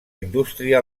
indústria